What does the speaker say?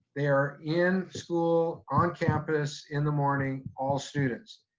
they are in school, on campus in the morning, all students,